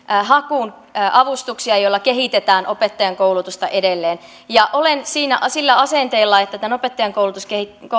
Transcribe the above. hakuun avustuksia joilla kehitetään opettajankoulutusta edelleen olen sillä asenteella että tämän opettajankoulutuksen